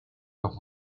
los